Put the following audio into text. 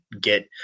get